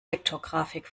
vektorgrafik